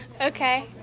Okay